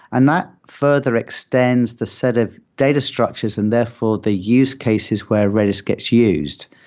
and not further extends the set of data structures and therefore the use cases where redis gets used.